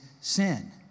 sin